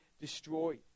destroyed